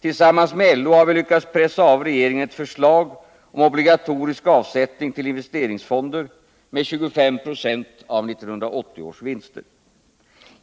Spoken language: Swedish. Tillsammans med LO har vi lyckats pressa av regeringen ett förslag om obligatorisk avsättning till investeringsfonder med 25 70 av 1980 års vinster.